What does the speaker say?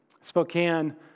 Spokane